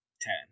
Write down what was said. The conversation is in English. Ten